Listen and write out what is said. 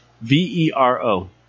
V-E-R-O